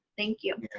thank you.